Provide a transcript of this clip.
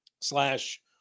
slash